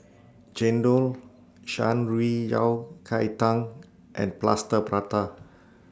Chendol Shan Rui Yao Cai Tang and Plaster Prata